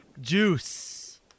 Juice